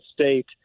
state